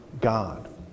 God